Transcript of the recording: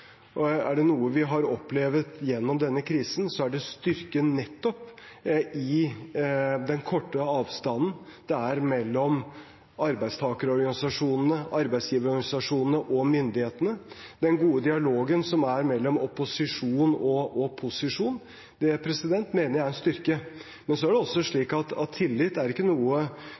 Er det noe vi har opplevd gjennom denne krisen, er det nettopp styrken i den korte avstanden mellom arbeidstakerorganisasjonene, arbeidsgiverorganisasjonene og myndighetene. Den gode dialogen det er mellom opposisjon og posisjon er også en styrke. Men tillit er ikke noe man får i et samfunn for alltid. Det er noe vi må styrke, jobbe med og gjøre oss fortjent til. Jeg er